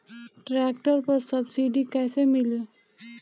Tractor पर subsidy कैसे मिली?